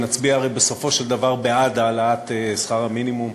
נצביע הרי בסופו של דבר בעד העלאת שכר המינימום,